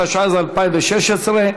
התשע"ז 2016,